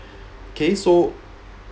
okay so